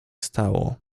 stało